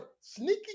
sneaky